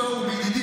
בוסו הוא בידידים,